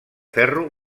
ferro